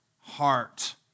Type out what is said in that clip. Heart